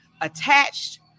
attached